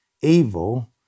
Evil